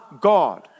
God